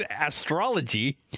astrology